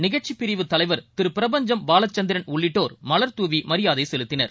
நிகழ்ச்சிப்பிரிவு தலைவர் திருபிரபஞ்சம் பாலசந்திரன் உள்ளிட்டோர் மலர் துவிமரியாதைசெலுத்தினர்